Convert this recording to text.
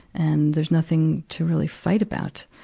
and there's nothing to really fight about.